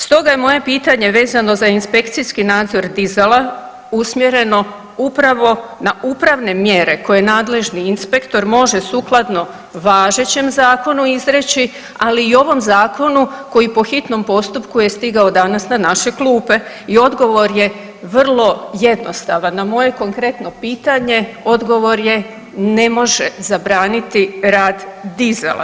Stoga je moje pitanje vezano za inspekcijski nadzor dizala usmjereno upravo na upravne mjere koje nadležni inspektor može sukladno važećem zakonu izreći ali i ovom zakonu koji po hitnom postupku je stigao danas na naše klupe i odgovor je vrlo jednostavan, na moje konkretno pitanje odgovor je ne može zabraniti rad dizala.